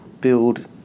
build